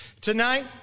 Tonight